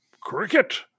Cricket